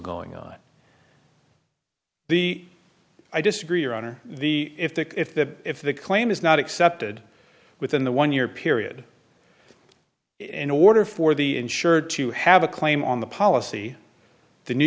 going on the i disagree your honor the if the if the if the claim is not accepted within the one year period in order for the insurer to have a claim on the policy the new